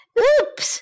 ：“Oops！